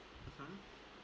mmhmm